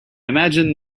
imagine